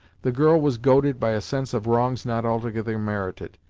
the girl was goaded by a sense of wrongs not altogether merited,